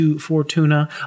Fortuna